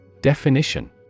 Definition